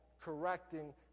correcting